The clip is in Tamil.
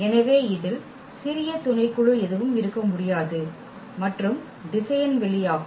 எனவே இதில் சிறிய துணைக்குழு எதுவும் இருக்க முடியாது மற்றும் திசையன் வெளியாகும்